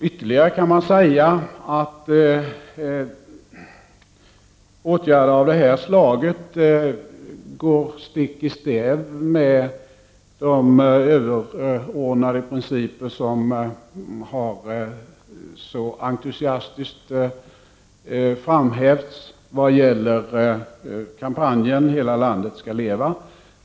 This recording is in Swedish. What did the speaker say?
Ytterligare kan man säga att åtgärder av det här slaget går stick i stäv med de överordnade principer som har så entusiastiskt framhävts vad gäller kampanjen ”Hela Sverige skall leva”.